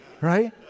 right